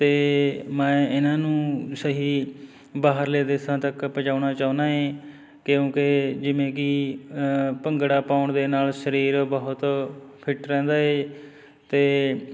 ਅਤੇ ਮੈਂ ਇਹਨਾਂ ਨੂੰ ਸਹੀ ਬਾਹਰਲੇ ਦੇਸ਼ਾਂ ਤੱਕ ਪਹੁੰਚਾਉਣਾ ਚਾਹੁੰਦਾ ਏ ਕਿਉਂਕਿ ਜਿਵੇਂ ਕਿ ਭੰਗੜਾ ਪਾਉਣ ਦੇ ਨਾਲ ਸਰੀਰ ਬਹੁਤ ਫਿੱਟ ਰਹਿੰਦਾ ਏ ਅਤੇ